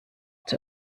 zur